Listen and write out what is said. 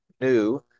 new